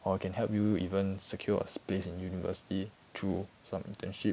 or can help you even secure a space in university through some internship